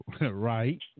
Right